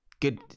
good